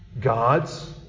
God's